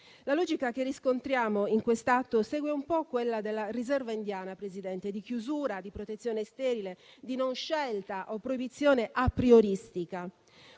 La logica che riscontriamo in questo atto segue un po' quella della riserva indiana, Presidente, di chiusura, di protezione sterile, di non scelta o di proibizione aprioristica.